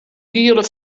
giele